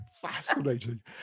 Fascinating